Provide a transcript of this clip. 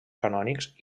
canònics